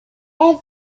eve